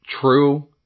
true